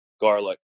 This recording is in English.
garlic